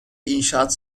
inşaat